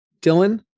Dylan